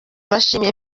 bashimiye